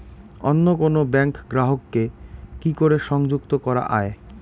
অন্য কোনো ব্যাংক গ্রাহক কে কি করে সংযুক্ত করা য়ায়?